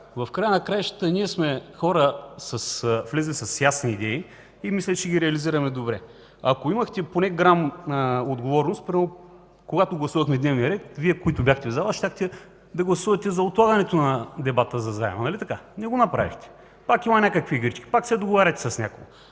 В края на краищата ние сме хора, влезли с ясни идеи и мисля, че ги реализираме добре. Ако имахте поне грам отговорност, първо, когато гласувахме дневния ред, Вие, които бяхте в залата, щяхте да гласувате за отлагането на дебата за заема. Нали така? Не го направихте. Пак има някакви игрички, пак се договаряте с някого.